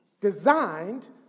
designed